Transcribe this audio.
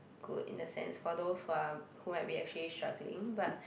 good in the sense for those who are who might be actually struggling but